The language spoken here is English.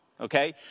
okay